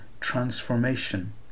transformation